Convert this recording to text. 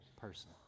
person